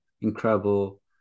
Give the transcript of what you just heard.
incredible